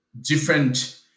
different